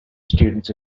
students